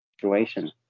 situation